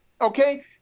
Okay